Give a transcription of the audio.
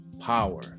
Power